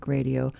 Radio